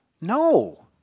No